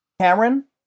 Cameron